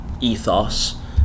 ethos